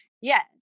Yes